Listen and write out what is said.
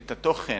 את התוכן